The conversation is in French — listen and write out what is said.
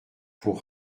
pour